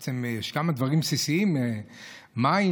בעצם יש כמה דברים בסיסיים: מים,